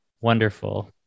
Wonderful